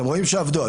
אתם רואים שלא